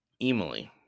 Emily